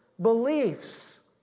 beliefs